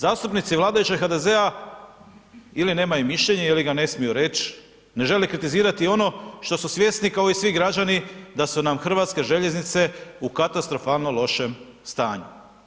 Zastupnici vladajućeg HDZ-a ili nemaju mišljenje ili ga ne smiju reći, ne žele kritizirati ono što su svjesni kao i svi građani da su nam Hrvatske željeznice u katastrofalnom loše stanju.